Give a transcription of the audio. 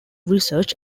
research